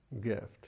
gift